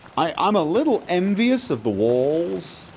i i'm a little envious of the walls,